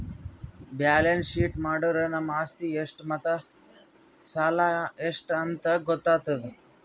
balance sheet ಮಾಡುರ್ ನಮ್ದು ಆಸ್ತಿ ಎಷ್ಟ್ ಮತ್ತ ಸಾಲ ಎಷ್ಟ್ ಅಂತ್ ಗೊತ್ತಾತುದ್